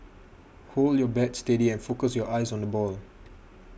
hold your bat steady and focus your eyes on the ball